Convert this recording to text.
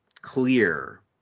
clear